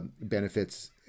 benefits